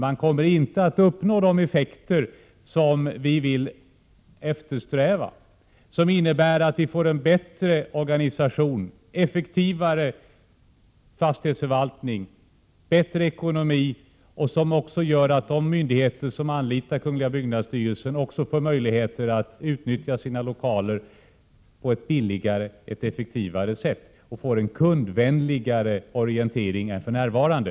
Man kommer inte att uppnå de effekter som vi eftersträvar, dvs. en bättre organisation, effektivare fastighetsförvaltning och bättre ekonomi, vilket skulle göra att de myndigheter som anlitar kungl. byggnadsstyrelsen också får möjligheter att utnyttja sina lokaler på ett billigare och effektivare sätt och få en kundvänligare orientering än för närvarande.